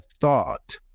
thought